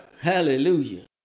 Hallelujah